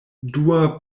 dua